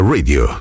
Radio